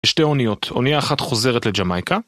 שתי אוניות, אוניה אחת חוזרת לג'מייקה,